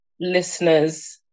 listeners